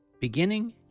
Beginning